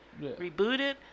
rebooted